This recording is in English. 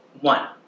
one